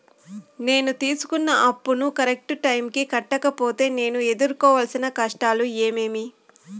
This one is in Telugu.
నేను తీసుకున్న అప్పును కరెక్టు టైముకి కట్టకపోతే నేను ఎదురుకోవాల్సిన కష్టాలు ఏమీమి?